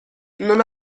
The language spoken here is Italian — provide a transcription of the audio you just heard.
non